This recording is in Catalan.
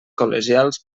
col·legials